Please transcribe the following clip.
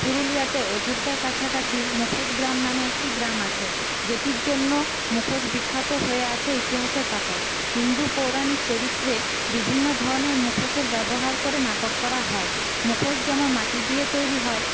পুরুলিয়াতে অযোধ্যার কাছাকাছি মুখোশ গ্রাম নামে একটি গ্রাম আছে যেটির জন্য মুখোশ বিখ্যাত হয়ে আছে ইতিহাসের পাতায় হিন্দু পৌরাণিক চরিত্রে বিভিন্ন ধরণের মুখোশের ব্যবহার করে নাটক করা হয় মুখোশ যেমন মাটি দিয়ে তৈরি হয়